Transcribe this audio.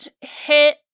hit